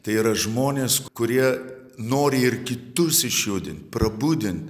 tai yra žmonės kurie nori ir kitus išjudint prabudint